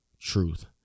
truth